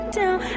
down